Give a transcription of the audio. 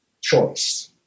choice